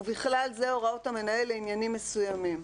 ובכלל זה הוראות המנהל לעניינים מסוימים.